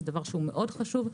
זה דבר מאוד חשוב.